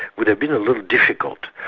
would have been a little difficult.